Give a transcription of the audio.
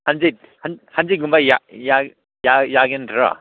ꯍꯪꯖꯤꯠ ꯍꯪꯖꯤꯠ ꯀꯨꯝꯕ ꯌꯥꯒꯦ ꯅꯠꯇ꯭ꯔꯣ